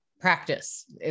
practice